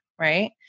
Right